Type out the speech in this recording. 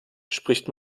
spricht